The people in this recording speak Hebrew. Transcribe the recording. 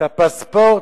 את הפספורט?